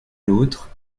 l’autre